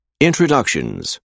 Introductions